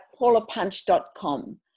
paulapunch.com